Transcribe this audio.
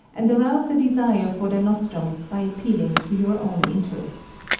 and arouse a desire for their nostrums by appealing to your own interests.